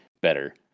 better